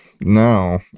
no